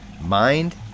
Mind